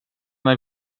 väl